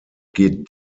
geht